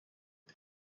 est